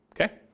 Okay